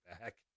back